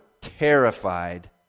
terrified